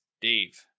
Dave